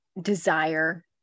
desire